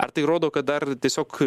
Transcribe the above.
ar tai rodo kad dar tiesiog